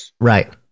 Right